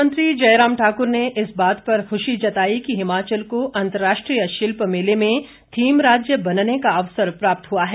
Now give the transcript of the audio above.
मुख्यमंत्री जयराम ठाकुर ने इस बात पर खुशी जताई कि हिमाचल को अंतर्राष्ट्रीय शिल्प मेले में थीम राज्य बनने का अवसर प्राप्त हुआ है